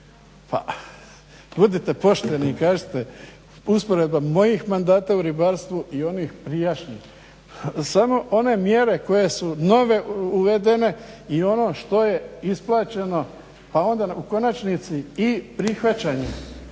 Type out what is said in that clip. Pa budite pošteni i kažite usporedba mojih mandata u ribarstvu i onih prijašnjih. Samo one mjere koje su nove uvedene i ono što je isplaćeno, pa onda u konačnici i prihvaćenje